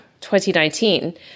2019